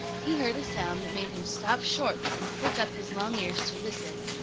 he heard a sound that made him stop short and prick up his long ears to listen.